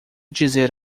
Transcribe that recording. dizer